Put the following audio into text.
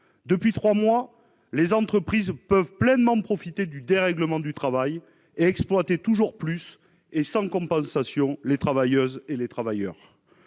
Depuis trois mois, donc, les entreprises peuvent pleinement profiter du dérèglement du travail pour exploiter toujours plus les travailleuses et les travailleurs,